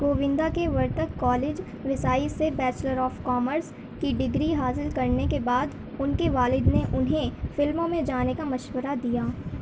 گووندا کے ورتک کالج وسائی سے bachelor of commerce کی ڈگری حاصل کرنے کے بعد ان کے والد نے انہیں فلموں میں جانے کا مشورہ دیا